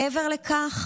מעבר לכך,